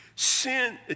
Sin